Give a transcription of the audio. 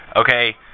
Okay